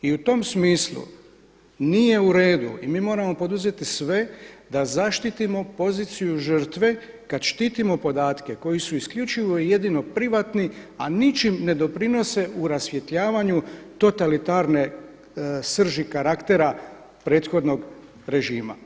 I u tom smislu nije uredu i mi moramo poduzeti sve da zaštitimo poziciju žrtve kada štitimo podatke koji su isključivo i jedino privatni, a ničim ne doprinose u rasvjetljavanju totalitarne srži karaktera prethodnog režima.